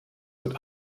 wird